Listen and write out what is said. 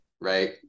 Right